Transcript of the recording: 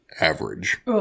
average